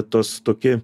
tos tokį